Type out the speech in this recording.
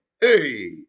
Hey